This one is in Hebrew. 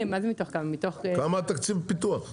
כמה תקציב הפיתוח והתכנון?